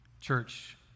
Church